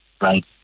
Right